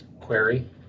Query